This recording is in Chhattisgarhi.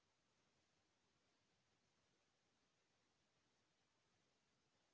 फसल ले सम्बंधित जानकारी हमन ल ई पोर्टल म मिल जाही का?